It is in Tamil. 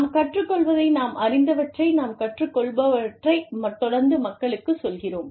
நாம் கற்றுக்கொள்வதை நாம் அறிந்தவற்றை நாம் கற்றுக்கொள்பவற்றைத் தொடர்ந்து மக்களுக்கு சொல்கிறோம்